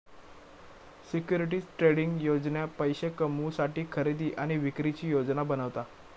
securities trading योजना पैशे कमवुसाठी खरेदी आणि विक्रीची योजना बनवता